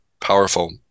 powerful